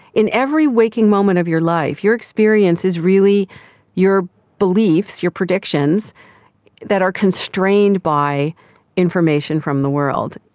in every waking moment of your life your experience is really your beliefs, your predictions that are constrained by information from the world.